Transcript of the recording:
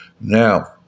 Now